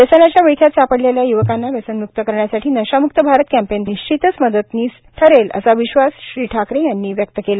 व्यसनाच्या विळखात सापडलेल्या य्वकांना व्यसनम्क्त करण्यासाठी नशाम्क्त भारत कॅम्पेन व्दारे निश्चितच मदतनीस ठरेल असा विश्वास ठाकरे यांनी व्यक्त केला